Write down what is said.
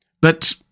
But